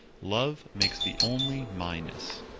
love makes the only myness,